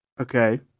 Okay